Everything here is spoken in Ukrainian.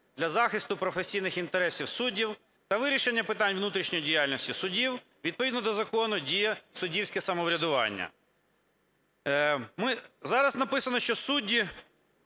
для захисту професійних інтересів суддів та вирішення питань внутрішньої діяльності судів відповідно до закону діє суддівське самоврядування. Зараз написано, що судді…